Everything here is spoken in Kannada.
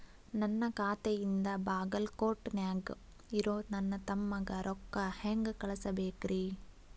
ನನ್ನ ಖಾತೆಯಿಂದ ಬಾಗಲ್ಕೋಟ್ ನ್ಯಾಗ್ ಇರೋ ನನ್ನ ತಮ್ಮಗ ರೊಕ್ಕ ಹೆಂಗ್ ಕಳಸಬೇಕ್ರಿ?